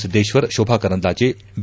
Siddeshwar Shobha Karandlaje B